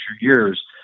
years